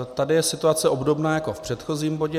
Tady je situace obdobná jako v předchozím bodě.